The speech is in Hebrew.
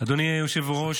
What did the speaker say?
--- אדוני היושב-ראש,